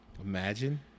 Imagine